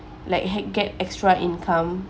like get extra income